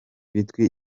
migwi